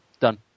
Done